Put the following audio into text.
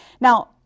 Now